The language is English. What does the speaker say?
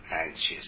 anxious